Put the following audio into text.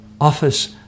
office